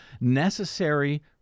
necessary